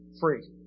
free